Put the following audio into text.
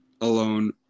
alone